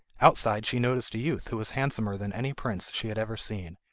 outside she noticed a youth who was handsomer than any prince she had ever seen,